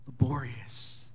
laborious